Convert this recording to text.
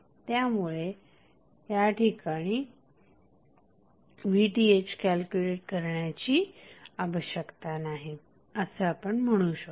त्यामुळे या ठिकाणी VThकॅल्क्युलेट करण्याची आवश्यकता नाही असे आपण म्हणू शकतो